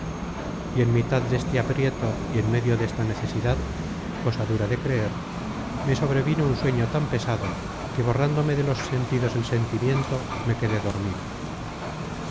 y en mitad deste aprieto y en medio desta necesidad cosa dura de creer me sobrevino un sueño tan pesado que borrándome de los sentidos el sentimiento me quedé dormido